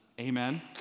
Amen